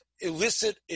illicit